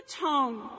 tone